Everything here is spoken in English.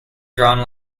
drawn